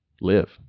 live